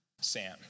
Sam